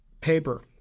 paper